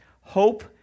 Hope